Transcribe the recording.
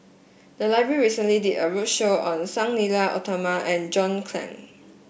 the library recently did a roadshow on Sang Nila Utama and John Clang